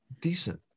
decent